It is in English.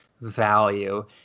value